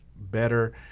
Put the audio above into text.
better